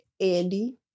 Andy